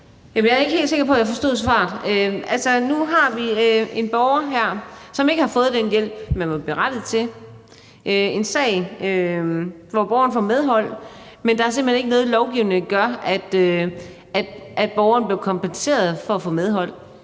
Jeg er ikke helt sikker på, jeg forstod svaret. Nu har vi en borger her, som ikke har fået den hjælp, vedkommende var berettiget til, en sag, hvor borgeren får medhold, men der er simpelt hen ikke noget i lovgivningen, der gør, at borgeren bliver kompenseret, selv